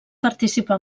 participà